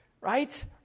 Right